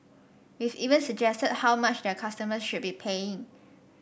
we've even suggested how much their customers should be paying